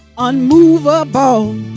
unmovable